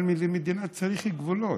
אבל למדינה צריך גבולות.